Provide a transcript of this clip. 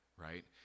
right